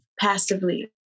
passively